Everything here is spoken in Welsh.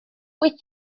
wyt